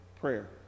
prayer